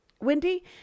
Wendy